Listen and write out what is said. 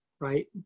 right